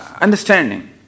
understanding